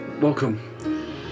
welcome